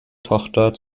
tochter